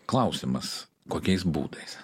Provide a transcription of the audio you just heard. klausimas kokiais būdais